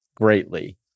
greatly